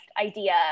idea